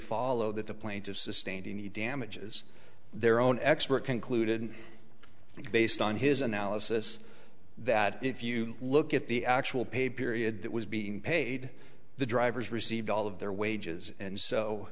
follow that the plaintiff sustained any damages their own expert concluded based on his analysis that if you look at the actual pay period that was being paid the drivers received all of their wages and so